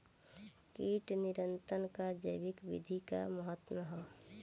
कीट नियंत्रण क जैविक विधि क का महत्व ह?